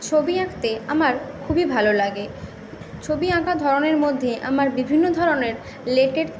ছবি আঁকতে আমার খুবই ভালো লাগে ছবি আঁকা ধরনের মধ্যে আমার বিভিন্ন ধরনের লেটেট